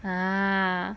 ah